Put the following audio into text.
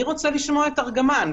אני רוצה לשמוע את ארגמן.